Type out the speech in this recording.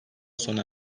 sona